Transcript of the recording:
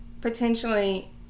potentially